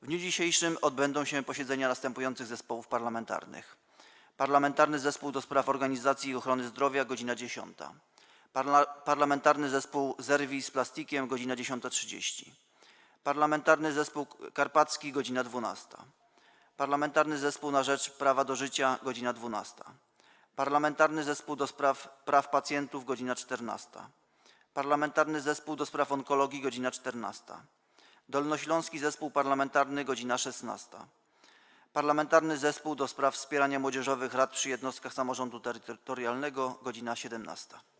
W dniu dzisiejszym odbędą się posiedzenia następujących zespołów parlamentarnych: - Parlamentarnego Zespołu ds. Organizacji Ochrony Zdrowia - godz. 10, - Parlamentarnego Zespołu - Zerwij z plastikiem - godz. 10.30, - Parlamentarnego Zespołu Karpackiego - godz. 12, - Parlamentarnego Zespołu na rzecz Prawa do Życia - godz. 12, - Parlamentarnego Zespołu ds. Praw Pacjentów - godz. 14, - Parlamentarnego Zespołu ds. Onkologii - godz. 14, - Dolnośląskiego Zespołu Parlamentarnego - godz. 16, - Parlamentarnego Zespołu ds. Wspierania Młodzieżowych Rad przy Jednostkach Samorządu Terytorialnego - godz. 17.